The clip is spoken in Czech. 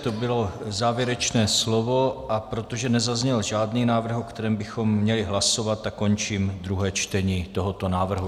To bylo závěrečné slovo, a protože nezazněl žádný návrh, o kterém bychom měli hlasovat, tak končím druhé čtení tohoto návrhu.